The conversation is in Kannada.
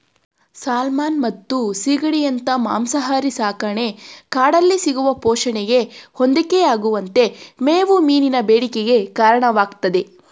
ಸಾಲ್ಮನ್ ಮತ್ತು ಸೀಗಡಿಯಂತ ಮಾಂಸಾಹಾರಿ ಸಾಕಣೆ ಕಾಡಲ್ಲಿ ಸಿಗುವ ಪೋಷಣೆಗೆ ಹೊಂದಿಕೆಯಾಗುವಂತೆ ಮೇವು ಮೀನಿನ ಬೇಡಿಕೆಗೆ ಕಾರಣವಾಗ್ತದೆ